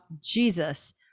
Jesus